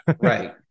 right